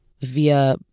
via